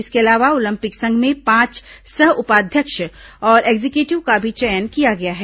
इसके अलावा ओलंपिक संघ में पांच सह उपाध्यक्ष और एक्जिक्यूटिव का भी चयन किया गया है